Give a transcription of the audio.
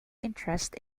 interest